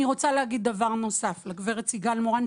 אני רוצה להגיד דבר נוסף לגברת סיגל מורן,